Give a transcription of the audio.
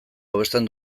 hobesten